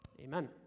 Amen